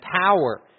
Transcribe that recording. power